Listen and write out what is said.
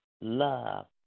love